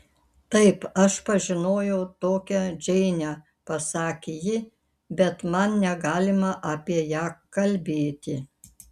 taip aš pažinojau tokią džeinę pasakė ji bet man negalima apie ją kalbėti